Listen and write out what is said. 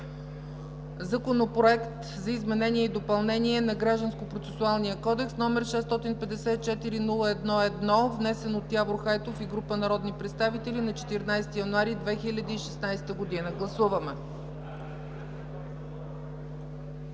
Законопроект за изменение и допълнение на Гражданския процесуален кодекс, № 654-01-1, внесен от Явор Хайтов и група народни представители на 14 януари 2016 г. Гласували